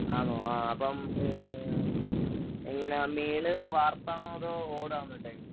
ആണോ ആ അപ്പം എങ്ങനാ മേളിൽ വാർപ്പാണോ അതോ ഓടാണോ ഇട്ടേക്കുന്നത്